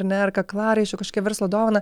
ar ne ar kaklaraiščio kažkią verslo dovaną